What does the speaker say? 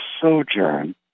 sojourn